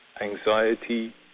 anxiety